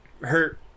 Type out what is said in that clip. hurt